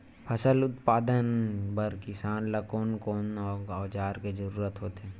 फसल उत्पादन बर किसान ला कोन कोन औजार के जरूरत होथे?